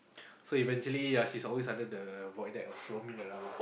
so eventually ya she's always under the void deck lah roaming around